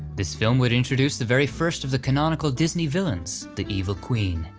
this film would introduce the very first of the canonical disney villains, the evil queen.